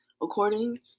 According